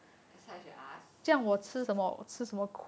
so I should ask